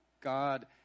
God